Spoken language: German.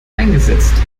eingesetzt